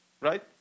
right